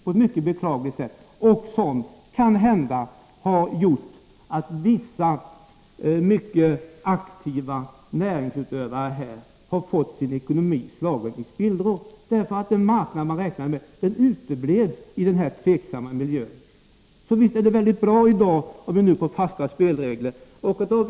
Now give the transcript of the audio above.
Denna tveksamhet har kanhända gjort att vissa mycket aktiva näringsutövare har fått sin ekonomi slagen i spillror, därför att den marknad de räknade med uteblivit i den tveksamma miljön. Så visst är det väldigt bra om vi i dag får fasta spelregler.